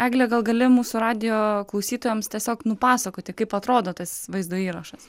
egle gal gali mūsų radijo klausytojams tiesiog nupasakoti kaip atrodo tas vaizdo įrašas